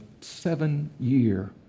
seven-year